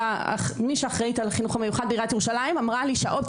מי שאחראית על החינוך המיוחד בעיריית ירושלים אמרה לי שהאופציה